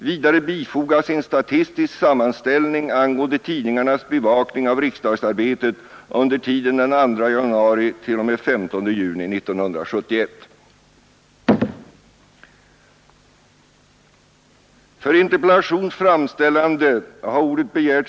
Vidare bifogas en statistisk sammanställning angående tidningarnas bevakning av riksdagsarbetet under tiden den 2 januari—15 juni 1971.